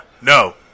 No